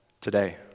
today